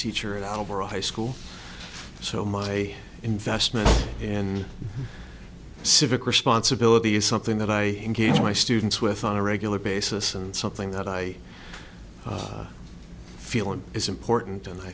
teacher at harbor a high school so my investment in civic responsibility is something that i engage my students with on a regular basis and something that i feel is important and i